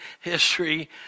history